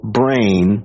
brain